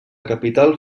capital